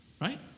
right